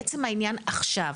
לעצם העניין עכשיו,